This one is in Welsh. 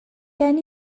gen